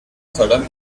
sudden